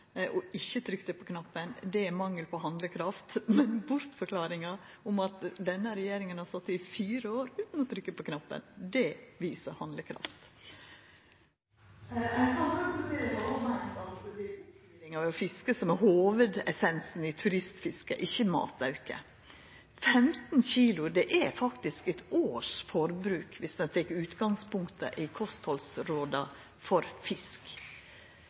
og ikkje trykte på knappen, er mangel på handlekraft, mens bortforklaringa om at denne regjeringa har sete i fire år utan å trykkja på knappen, viser handlekraft. Ein samla komité har òg meint at det er opplevinga ved å fiske som er hovudessensen i turistfisket – ikkje matauk. 15 kilo – det er faktisk eitt års forbruk, viss ein tek utgangspunkt i kosthaldsråda for fisk.